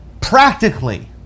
practically